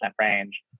range